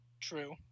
True